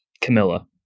Camilla